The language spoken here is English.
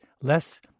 less